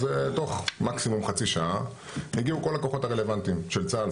אז תוך מקסימום חצי שעה הגיעו כל הכוחות הרלוונטיים של צה"ל,